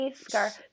Scar